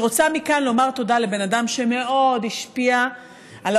אני רוצה מכאן לומר תודה לבן אדם שמאוד השפיע על